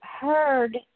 heard